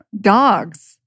Dogs